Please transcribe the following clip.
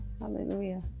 Hallelujah